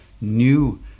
new